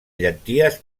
llenties